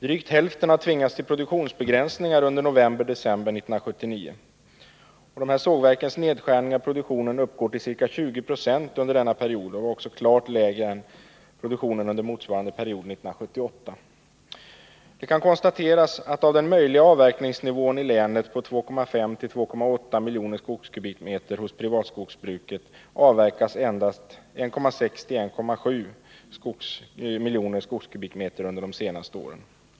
Drygt hälften av sågverken har tvingats till produktionsbegränsningar under november-december 1979. Dessa sågverks nedskärning av produktionen uppgår under denna period till ca 20 20, och produktionen var också klart lägre än under motsvarande period 1978. Det kan konstateras att den möjliga avverkningen i länet ligger på 2,5—2,8 miljoner skogskubikmeter inom privatskogsbruket men att endast 1,6—1,7 miljoner skogskubikmeter har avverkats under de senaste åren.